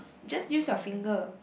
just use your finger